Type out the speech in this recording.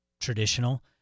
traditional